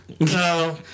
No